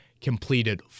completed